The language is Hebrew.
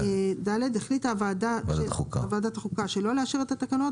החליטה ועדת החוקה שלא לאשר את התקנות,